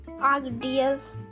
ideas